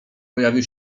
pojawił